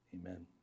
Amen